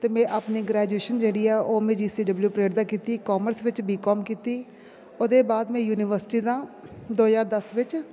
ते में अपनी ग्रेजुएशन जेह्ड़ी ऐ ओह् में जी सी डब्लयू परेड दा कीती कॉमर्स बिच बी कॉम कीती ते ओह्दे बाद में यूनिवर्सिटी दा दो ज्हार दस बिच